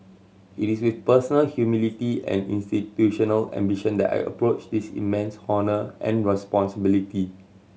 it is with personal humility and institutional ambition that I approach this immense honour and responsibility